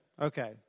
Okay